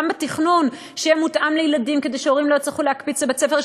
גם בתכנון שיהיה מותאם לילדים כדי שהורים לא יצטרכו להקפיץ לבית-ספר.